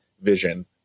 vision